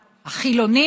החילונים,